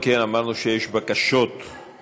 אם כן, אמרנו שיש בקשות דיבור.